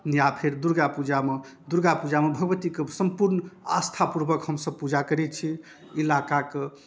या फेर दुर्गापूजामे दुर्गापूजामे भगवतीके सम्पूर्ण आस्थापूर्वक हमसब पूजा करै छी इलाकाके